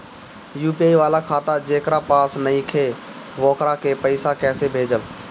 UPI वाला खाता जेकरा पास नईखे वोकरा के पईसा कैसे भेजब?